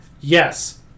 Yes